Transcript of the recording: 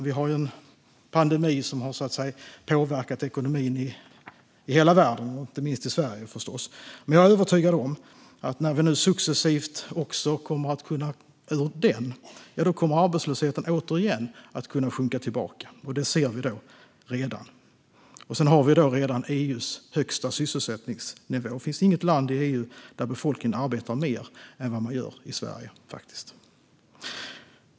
Vi har ju en pandemi som har påverkat ekonomin i hela världen och inte minst i Sverige. Men jag är övertygad om att när vi nu successivt kommer ur den kommer arbetslösheten återigen att kunna sjunka tillbaka. Det ser vi redan. Dessutom har vi redan EU:s högsta sysselsättningsnivå. Det finns faktiskt inget annat land i EU där befolkningen arbetar mer än man gör i Sverige.